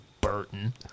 Burton